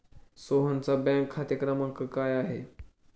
सोहनचा बँक खाते क्रमांक काय आहे?